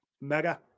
mega